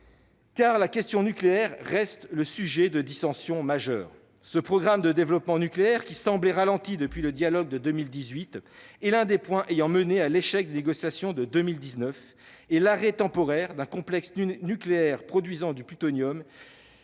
car la question nucléaire reste le sujet de dissensions majeures. Le programme de développement des capacités nucléaires nord-coréennes, qui semblait ralenti depuis le dialogue de 2018, a été l'un des points d'achoppement ayant mené à l'échec des négociations de 2019 ; l'arrêt temporaire d'un complexe nucléaire produisant du plutonium,